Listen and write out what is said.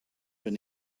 been